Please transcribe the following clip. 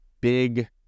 big